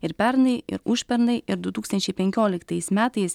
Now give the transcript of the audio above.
ir pernai ir užpernai ir du tūkstančiai penkioliktais metais